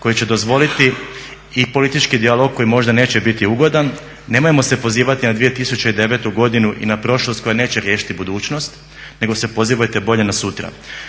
koji će dozvoliti i politički dijalog koji možda neće biti ugodan. Nemojmo se pozivati na 2009.godinu i na prošlost koja neće riješiti budućnost nego se pozivajte bolje na sutra.